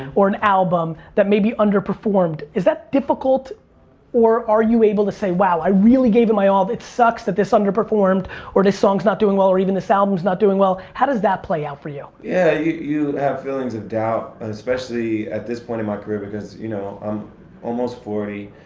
or an album, that maybe underperformed. is that difficult or are you able to say, wow, i really gave it my all. it sucks that this under-performed or this song's not doing well or even this album's not doing well. how does that play out for you? yeah, you have feelings of doubt. especially at this point in my career. because, you know, i'm almost forty.